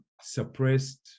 suppressed